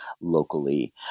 locally